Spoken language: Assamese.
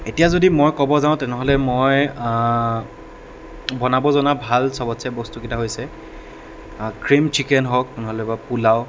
এতিয়া যদি মই ক'ব যাওঁ তেনেহ'লে মই বনাব জনা ভাল সবতচে বস্তুকেইটা হৈছে ক্ৰীম চিকেন হওঁক বা নহ'লেবা পোলাও